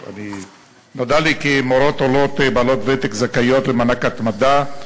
נודע לי כי מורות עולות בעלות ותק זכאיות למענק התמדה,